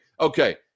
Okay